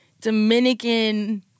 Dominican